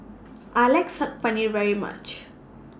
I like Saag Paneer very much